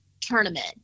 tournament